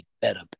better